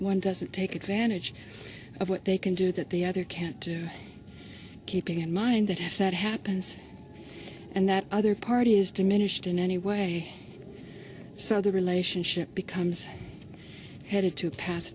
one doesn't take advantage of what they can do that the other can't do keeping in mind that if that happens and that other party is diminished in any way so the relationship becomes headed to pas